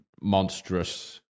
monstrous